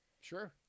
Sure